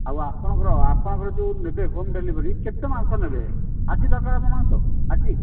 ଆଉ ଆପଣଙ୍କର ଆପଣଙ୍କର ଯେଉଁ ନେବେ ହୋମ୍ ଡେଲିଭରି କେତେ ମାଂସ ନେବେ ଆଜି ଦରକାର ଆପଣଙ୍କର ମାଂସ ଆଜି